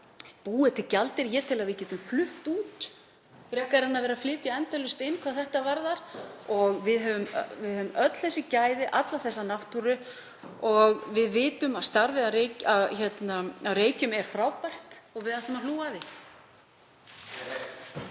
búið til gjaldeyri. Ég tel að við getum flutt út frekar en að vera að flytja endalaust inn hvað þetta varðar. Við höfum öll þessi gæði, alla þessa náttúru og við vitum að starfið að Reykjum er frábært og við ætlum að hlúa að því.